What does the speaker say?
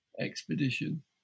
Expedition